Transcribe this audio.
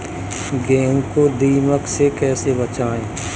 गेहूँ को दीमक से कैसे बचाएँ?